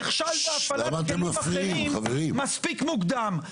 נכשל בהפעלת כלים אחרים מספיק מוקדם,